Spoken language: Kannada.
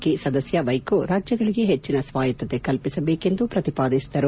ಕೆ ಸದಸ್ಯ ವ್ಲೆಕೋ ರಾಜ್ಯಗಳಿಗೆ ಹೆಚ್ಚಿನ ಸ್ವಾಯತತ್ತೆ ಕಲ್ಪಿಸಬೇಕು ಎಂದು ಪ್ರಕಿಪಾದಿಸಿದರು